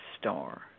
star